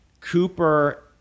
Cooper